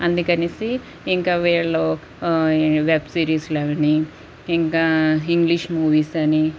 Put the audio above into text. అందుకనేసి ఇంక వీళ్ళు వెబ్సీరీసులని ఇంకా ఇంగ్లీష్ మూవీస్ అని